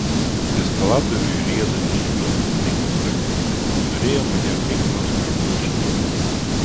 eskalatoriui riedant žemyn jis staiga prabilo norėjo mane kaip nors prablaškyti